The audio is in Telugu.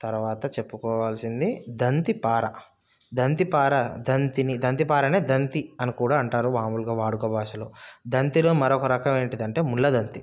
తర్వాత చెప్పుకోవాల్సింది దంతిపార దంతిపార దంతిని దంతిపారనే దంతి అని కూడా అంటారు మామూలుగా వాడుక భాషలో దంతిలో మరొక రకం ఏంటిదంటే ముళ్ళదంతి